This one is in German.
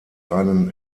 einen